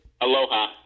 Aloha